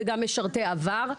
וגם למשרתי עבר.